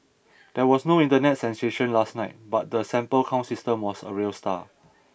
there was no Internet sensation last night but the sample count system was a real star